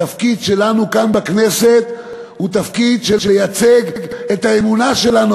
התפקיד שלנו כאן בכנסת הוא לייצג את האמונה שלנו,